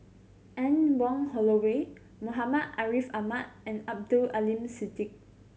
Anne Wong Holloway Muhammad Ariff Ahmad and Abdul Aleem Siddique